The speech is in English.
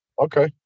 Okay